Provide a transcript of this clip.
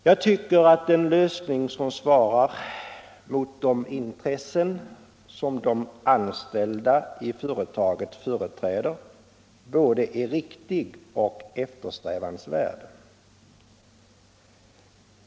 Jag tycker att en lösning som svarar mot de intressen som de anställda i företaget företräder är både riktig och eftersträvansvärd.